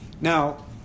Now